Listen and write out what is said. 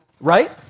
Right